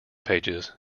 pages